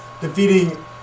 defeating